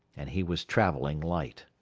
and he was travelling light.